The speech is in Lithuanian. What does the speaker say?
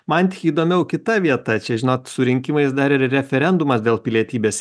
man tik įdomiau kita vieta čia žinot su rinkimais dar ir referendumas dėl pilietybės